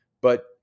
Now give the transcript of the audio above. But-